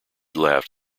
laughed